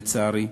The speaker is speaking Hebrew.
לצערי,